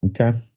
Okay